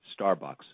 Starbucks